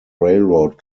railroad